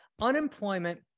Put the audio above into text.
Unemployment